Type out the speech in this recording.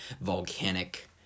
volcanic